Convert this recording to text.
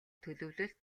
төлөвлөлт